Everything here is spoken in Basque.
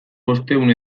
bostehun